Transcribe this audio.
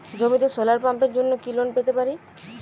জমিতে সোলার পাম্পের জন্য কি লোন পেতে পারি?